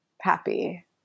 happy